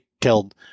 killed